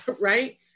right